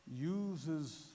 uses